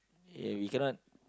eh we cannot